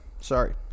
Sorry